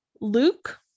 Luke